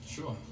Sure